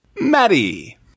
Maddie